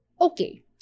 okay